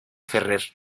ferrer